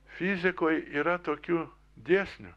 fizikoj yra tokių dėsnių